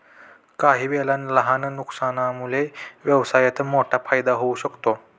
काहीवेळा लहान नुकसानामुळे व्यवसायात मोठा फायदा होऊ शकतो